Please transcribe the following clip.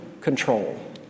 control